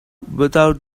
without